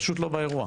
פשוט לא באירוע.